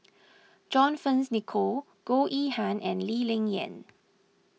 John Fearns Nicoll Goh Yihan and Lee Ling Yen